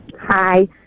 Hi